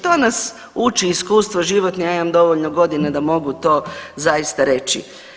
To nas uči iskustvo životno, ja imam dovoljno godina da mogu to zaista reći.